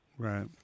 Right